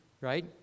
right